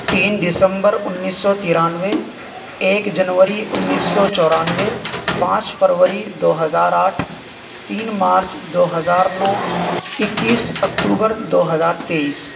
تین دسمبر انیس سو ترانوے ایک جنوری انیس سو چورانوے پانچ فروری دو ہزار آٹھ تین مارچ دو ہزار نو اکیس اکتوبر دو ہزار تیئیس